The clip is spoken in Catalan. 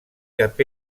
cap